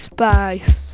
Spice